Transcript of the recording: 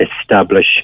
establish